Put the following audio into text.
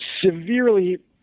severely